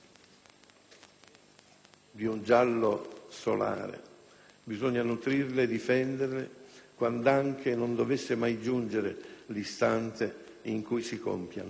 di un giallo solare bisogna nutrirle e difenderle quand'anche non dovesse mai giungere l'istante in cui si compiano: